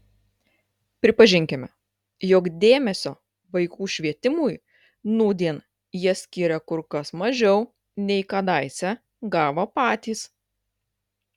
pripažinkime jog dėmesio vaikų švietimui nūdien jie skiria kur kas mažiau nei kadaise gavo patys